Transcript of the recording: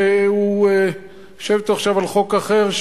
שאני יושב אתו עכשיו על חוק אחר,